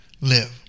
live